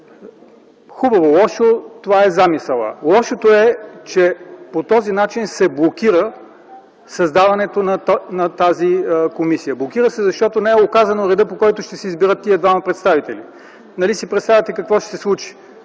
Хубаво, лошо – това е замисълът! Лошото е, че по този начин се блокира създаването на тази комисия. Блокира се, защото не е оказан редът, по който ще се избират тези двама представители. Нали си представяте какво ще се случи?